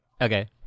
Okay